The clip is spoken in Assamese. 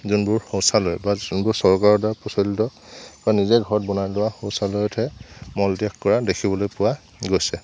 যোনবোৰ শৌচালয় বা যোনবোৰ চৰকাৰৰ দ্বাৰা প্ৰচলিত বা নিজে ঘৰত বনাই লোৱা শৌচালয়তহে মলত্যাগ কৰা দেখিবলৈ পোৱা গৈছে